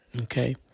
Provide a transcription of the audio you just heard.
Okay